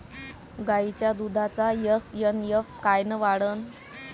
गायीच्या दुधाचा एस.एन.एफ कायनं वाढन?